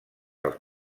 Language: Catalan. als